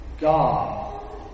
God